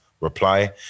reply